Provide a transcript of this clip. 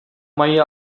mají